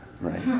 right